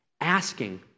asking